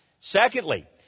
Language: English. Secondly